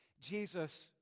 Jesus